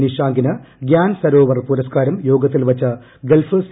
നിഷാങ്കിന് ഗ്യാൻ സരോവർ പുരസ്കാരം യോഗത്തിൽ വച്ച് ഗൾഫ് സി